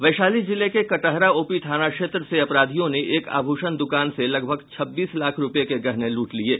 वैशाली जिले के कटहरा ओपी थाना क्षेत्र से अपराधियों ने एक आभूषण दुकान से लगभग छब्बीस लाख रूपये के गहने लूट लिये